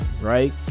right